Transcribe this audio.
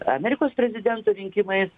amerikos prezidento rinkimais